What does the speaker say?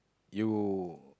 you